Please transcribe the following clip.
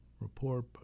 report